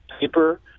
paper